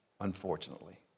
unfortunately